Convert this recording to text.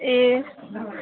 ए